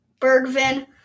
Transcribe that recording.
Bergvin